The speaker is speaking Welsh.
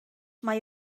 mae